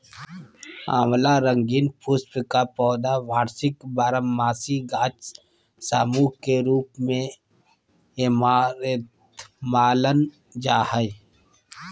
आँवला रंगीन पुष्प का पौधा वार्षिक बारहमासी गाछ सामूह के रूप मेऐमारैंथमानल जा हइ